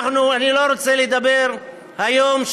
אני לא רוצה לדבר היום,